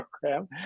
program